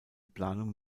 planung